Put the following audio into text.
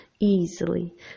Easily